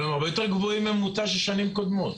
הם הרבה יותר גבוהים מהממוצע של שנים קודמות,